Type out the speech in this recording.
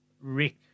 Rick